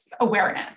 awareness